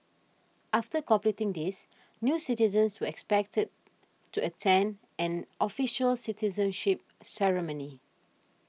after completing these new citizens were expected to attend an official citizenship ceremony